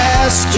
ask